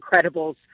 incredibles